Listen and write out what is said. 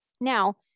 Now